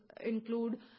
include